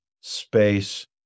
space